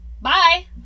bye